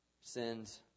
Sin's